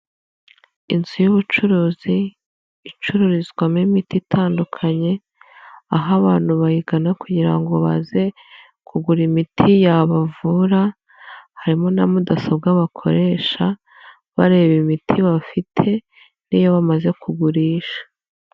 Inzu y'ubucuruzi ,icururizwamo imiti itandukanye, aho abantu bayigana kugira ngo baze kugura imiti yabavura, harimo na mudasobwa bakoresha bareba imiti bafite n'iyo bamaze kugurisha.